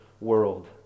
world